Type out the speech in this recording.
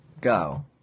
Go